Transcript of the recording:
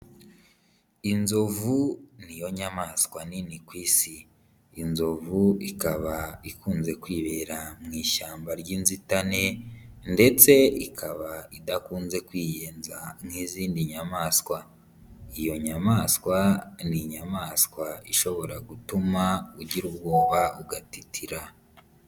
Inzovu ni yo nyamaswa nini ku isi, inzovu ikaba ikunze kwibera mu ishyamba ry'inzitane ndetse ikaba idakunze kwiyenza nk'izindi nyamaswa, iyo nyamaswa ni inyamaswa ishobora gutuma ugira ubwoba ugatitira.